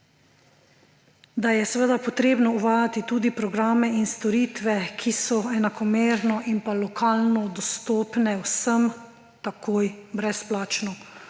Da je potrebno uvajati tudi programe in storitve, ki so enakomerno in lokalno dostopne vsem takoj, brezplačno.